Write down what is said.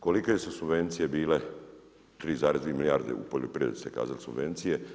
Kolike su subvencije bile 3,2 milijarde u poljoprivredi ste kazali subvencije.